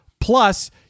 Plus